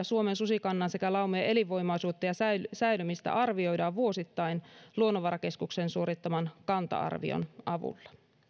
suomen susikannan ja laumojen elinvoimaisuutta ja säilymistä säilymistä arvioidaan vuosittain luonnonvarakeskuksen suorittaman kanta arvion avulla